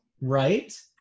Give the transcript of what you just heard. right